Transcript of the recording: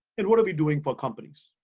and what are we doing for companies.